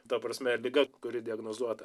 ta prasme liga kuri diagnozuota